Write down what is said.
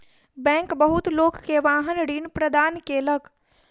bank बहुत लोक के वाहन ऋण प्रदान केलक